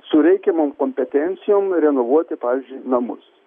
su reikiamom kompetencijom renovuoti pavyzdžiui namus